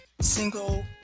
single